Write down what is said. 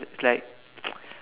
it's like